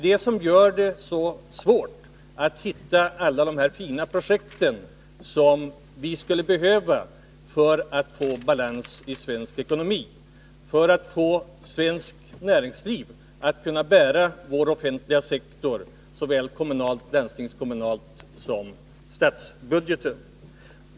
Detta gör det så svårt att hitta alla de här fina projekten som vi skulle behöva för att få balans i svensk ekonomi, för att få svenskt näringsliv att bära vår offentliga sektor såväl på den kommunala och landstingskommunala sidan som beträffande statsbudgeten.